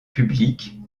publique